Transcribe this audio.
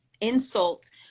insult